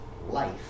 Life